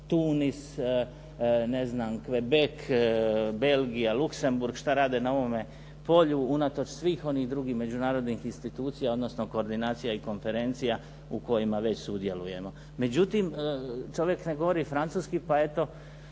se ne razumije./… Belgija, Luksemburg, šta rade na ovome polju unatoč svih onih drugih međunarodnih institucija, odnosno koordinacija i konferencija u kojima već sudjelujemo. Međutim, čovjek ne govori Francuski pa eto